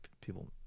people